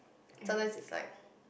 sometimes it's like